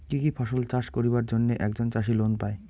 কি কি ফসল চাষ করিবার জন্যে একজন চাষী লোন পায়?